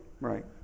Right